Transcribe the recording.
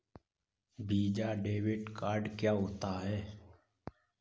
Visa debit card क्या होता है?